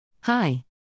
Hi